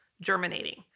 germinating